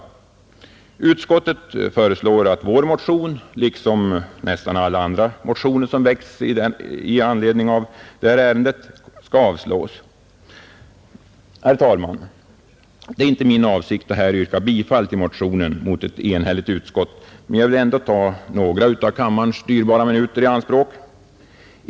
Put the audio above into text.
Utskottet föreslår att vår motion — liksom nästan alla andra motioner som väckts i anledning av detta ärende — skall avslås. Herr talman! Det är inte min avsikt att här yrka bifall till motionen mot ett enhälligt utskott, men jag vill ändå ta några av kammarens dyrbara minuter i anspråk.